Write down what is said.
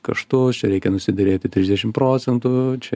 kaštus čia reikia nusiderėti trisdešim procentų čia